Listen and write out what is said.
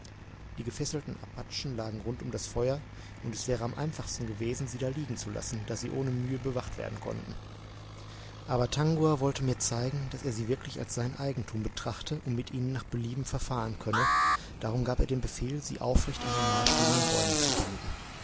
die gefesselten apachen lagen rund um das feuer und es wäre am einfachsten gewesen sie da liegen zu lassen wo sie ohne mühe bewacht werden konnten aber tangua wollte mir zeigen daß er sie wirklich als sein eigentum betrachte und mit ihnen nach belieben verfahren könne darum gab er den befehl sie aufrecht an die nahestehenden bäume zu binden